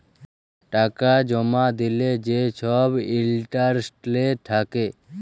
টাকা জমা দিলে যে ছব ইলটারেস্ট থ্যাকে